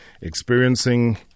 experiencing